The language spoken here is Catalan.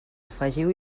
afegiu